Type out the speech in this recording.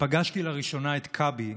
כשפגשתי לראשונה את כַּאבִּּי,